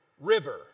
River